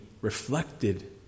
reflected